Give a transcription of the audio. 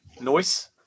Noise